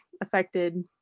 affected